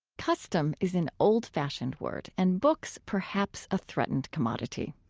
custom is an old-fashioned word and books perhaps a threatened commodity.